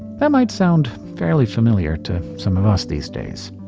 that might sound fairly familiar to some of us these days.